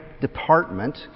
department